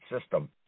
system